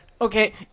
Okay